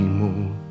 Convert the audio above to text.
more